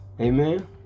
amen